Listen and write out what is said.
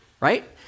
right